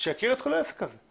שיכיר את כל העסק הזה?